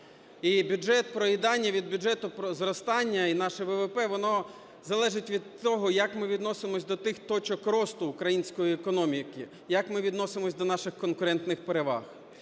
І бюджет проїдання від бюджету зростання і наше ВВП, воно залежить від того, як ми відносимося до тих точок росту української економіки, як ми відносимося до наших конкурентних переваг.